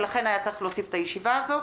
ולכן היה צריך להוסיף את הישיבה הזו,